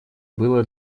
было